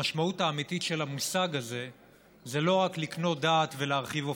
המשמעות האמיתית של המושג הזה זה לא רק לקנות דעת ולהרחיב אופקים,